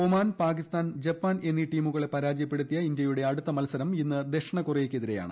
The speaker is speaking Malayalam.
ഒമാൻ പാകിസ്ഥാൻ ജപ്പാൻ എന്നീ ടീമുകളെ പരാജയപ്പെടുത്തിയ ഇന്ത്യയുടെ അടുത്ത മത്സ്ത്രം ഇന്ന് ദക്ഷിണ കൊറിയക്കെതിരെയാണ്